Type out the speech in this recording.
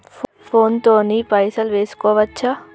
Phone తోని పైసలు వేసుకోవచ్చా?